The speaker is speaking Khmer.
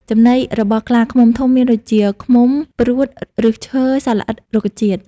ចំណីរបស់ខ្លាឃ្មុំធំមានដូចជា ឃ្មុំ ព្រួត ឫសឈើ សត្វល្អិត រុក្ខជាតិ។